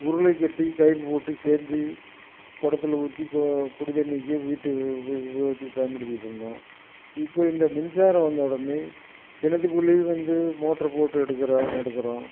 உருளை கட்டி கயிறு போட்டு சேந்தி குடத்தில் ஊற்றி கு குடிதண்ணிக்கி வீட்டு உபயோகத்துக்கு பயன்படுத்திக்கிட்டுருந்தோம் இப்போ இந்த மின்சாரம் வந்த உடனே கிணத்துக்குள்ளேயும் வந்து மோட்ரு போட்டு எடுக்கிறான் எடுக்கிறோம்